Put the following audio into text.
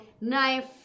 knife